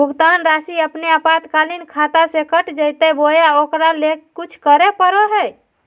भुक्तान रासि अपने आपातकालीन खाता से कट जैतैय बोया ओकरा ले कुछ करे परो है?